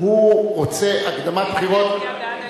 הוא רוצה הקדמת בחירות,